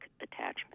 attachment